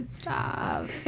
stop